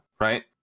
Right